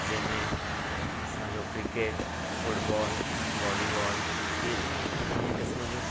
जिंहिं में असांजो क्रिकेट फुटबॉल वॉलीबॉल इहे क़िस्म जूं